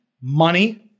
money